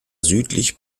südlich